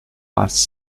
arts